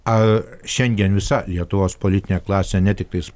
ar šiandien visa lietuvos politinė klasė ne tiktais